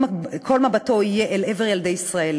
כל מבטו יהיה אל עבר ילדי ישראל.